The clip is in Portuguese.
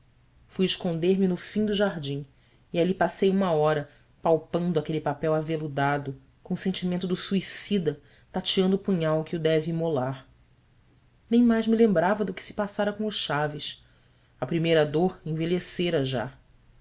fui esconder me no fim do jardim e ali passei uma hora palpando aquele papel aveludado com o sentimento do suicida tateando o punhal que o deve imolar nem mais me lembrava do que se passara com o chaves a primeira dor envelhecera já